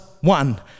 one